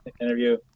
interview